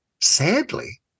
sadly